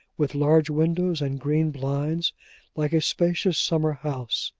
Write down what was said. with large windows and green blinds like a spacious summer-house.